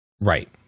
Right